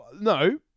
No